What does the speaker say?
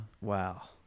Wow